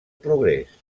progrés